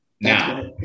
Now